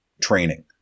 training